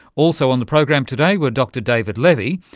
also on the program today were dr david levy,